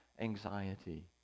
anxiety